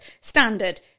Standard